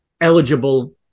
eligible